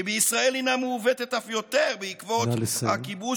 שבישראל הינה מעוותת אף יותר בעקבות הכיבוש